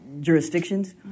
jurisdictions